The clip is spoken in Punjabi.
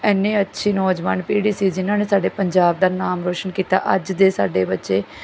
ਇੰਨੀ ਅੱਛੀ ਨੌਜਵਾਨ ਪੀੜ੍ਹੀ ਸੀ ਜਿਹਨਾਂ ਨੇ ਸਾਡੇ ਪੰਜਾਬ ਦਾ ਨਾਮ ਰੌਸ਼ਨ ਕੀਤਾ ਅੱਜ ਦੇ ਸਾਡੇ ਬੱਚੇ